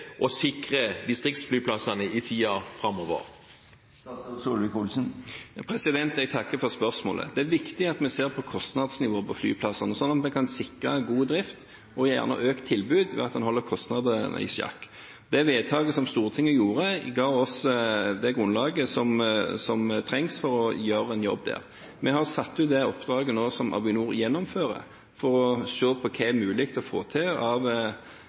sikre distriktsflyplassene i tiden framover? Jeg takker for spørsmålet. Det er viktig at vi ser på kostnadsnivået på flyplassene, sånn at vi kan sikre en god drift – og gjerne økt tilbud – ved at en holder kostnadene i sjakk. Det vedtaket som Stortinget gjorde, ga oss det grunnlaget som trengs for å gjøre en jobb der. Vi har nå satt ut det oppdraget som Avinor gjennomfører, for å se på hva som er mulig å få til av